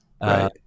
Right